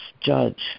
judge